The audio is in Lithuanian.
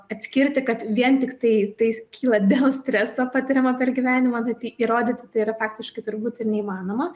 atskirti kad vien tiktai tai kyla dėl streso patiriamo per gyvenimą bet jį įrodyti tai yra faktiškai turbūt ir neįmanoma